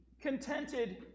contented